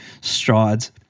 strides